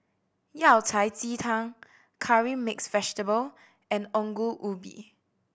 Yao Cai ji tang Curry Mixed Vegetable and Ongol Ubi